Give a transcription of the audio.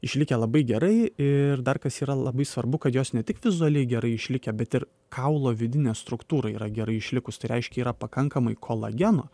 išlikę labai gerai ir dar kas yra labai svarbu kad jos ne tik vizualiai gerai išlikę bet ir kaulo vidinė struktūra yra gerai išlikus tai reiškia yra pakankamai kolageno